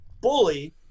bully